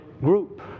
group